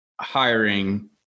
hiring